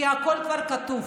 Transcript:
כי הכול כבר כתוב